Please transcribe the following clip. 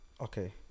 Okay